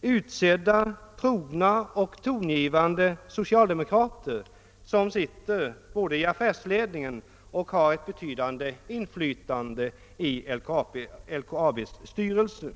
utsedda trogna och tongivande socialdemokrater som är med i affärsledningen och har ett betydande inflytande i LKAB:s styrelse.